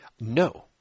No